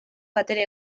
batere